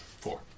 Four